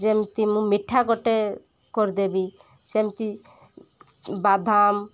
ଯେମିତି ମୁଁ ମିଠା ଗୋଟେ କରିଦେବି ସେମିତି ବାଦାମ